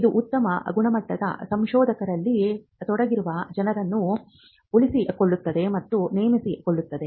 ಇದು ಉತ್ತಮ ಗುಣಮಟ್ಟದ ಸಂಶೋಧನೆಯಲ್ಲಿ ತೊಡಗಿರುವ ಜನರನ್ನು ಉಳಿಸಿಕೊಳ್ಳುತ್ತದೆ ಮತ್ತು ನೇಮಿಸಿಕೊಳ್ಳುತ್ತದೆ